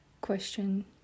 Question